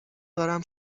دارم